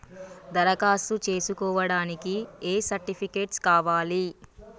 దరఖాస్తు చేస్కోవడానికి ఏ సర్టిఫికేట్స్ కావాలి?